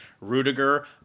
Rudiger